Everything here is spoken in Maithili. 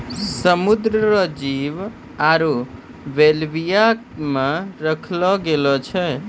समुद्र रो जीव आरु बेल्विया मे रखलो गेलो छै